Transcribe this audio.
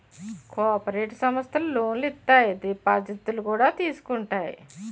cooperative సమస్థలు లోనులు ఇత్తాయి దిపాజిత్తులు కూడా తీసుకుంటాయి